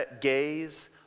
gaze